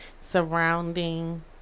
surrounding